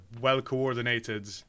well-coordinated